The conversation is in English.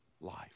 life